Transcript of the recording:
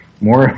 More